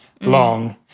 long